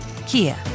Kia